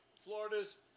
Florida's